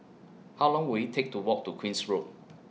How Long Will IT Take to Walk to Queen's Road